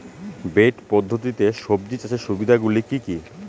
Bed পদ্ধতিতে সবজি চাষের সুবিধাগুলি কি কি?